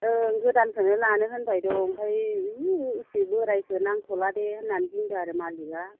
ओं गोदानखौनो लानो होनबाय दं ओमफ्राय ओह एसे बोरायखौ नांथ'ला दे होन्नानै बुंदों आरो मालिकआ